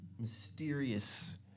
Mysterious